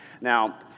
Now